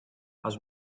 has